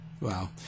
wow